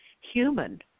human